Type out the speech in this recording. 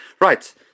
right